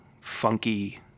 funky